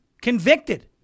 Convicted